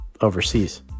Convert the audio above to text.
overseas